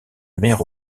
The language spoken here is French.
mère